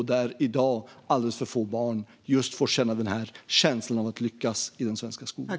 Det är i dag alldeles för få barn som får uppleva känslan av att lyckas i den svenska skolan.